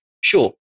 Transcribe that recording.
sure